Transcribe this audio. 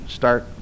start